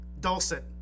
dulcet